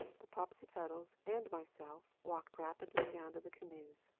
the popsipetels and myself, walked rapidly down to the canoes.